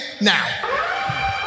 now